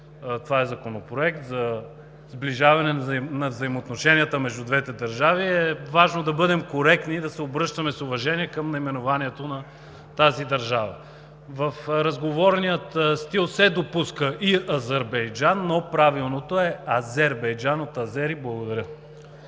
това е Законопроект за сближаване на взаимоотношенията между двете държави и е важно да бъдем коректни и да се обръщаме с уважение към наименованието на тази държава. В разговорния стил се допуска и Азърбайджан, но правилното е Азербайджан – от азери. Благодаря.